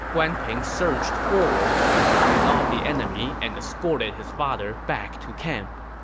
guan ping surged forward to fight off the enemy and escorted his father back to camp